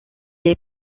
est